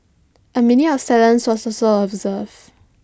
A minute of silence was also observed